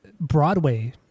Broadway